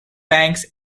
banks